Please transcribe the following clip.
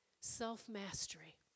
Self-mastery